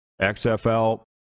xfl